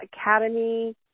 Academy